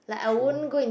true